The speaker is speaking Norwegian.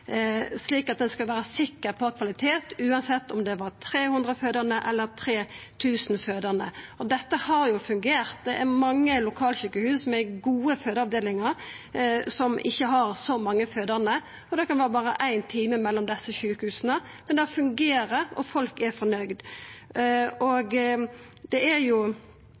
sikker på kvalitet uansett om det var 300 fødande eller 3 000 fødande. Dette har jo fungert, det er mange lokalsjukehus med gode fødeavdelingar som ikkje har så mange fødande. Det kan vera berre ein time mellom desse sjukehusa, men det fungerer, og folk er fornøgde. Det er jo